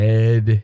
Dead